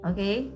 Okay